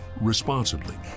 responsibly